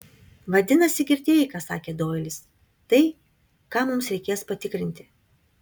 vadinasi girdėjai ką sakė doilis tai ką mums reikės patikrinti